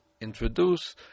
introduce